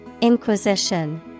Inquisition